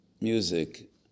music